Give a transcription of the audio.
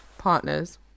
partners